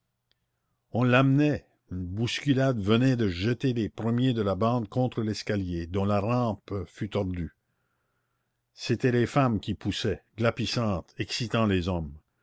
on l'emmenait une bousculade venait de jeter les premiers de la bande contre l'escalier dont la rampe fut tordue c'étaient les femmes qui poussaient glapissantes excitant les hommes